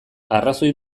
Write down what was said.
arrazoi